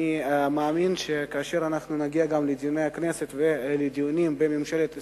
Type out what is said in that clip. אני מאמין שכאשר אנחנו נגיע גם לדיוני הכנסת ולדיונים בממשלת ישראל,